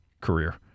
career